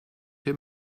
hier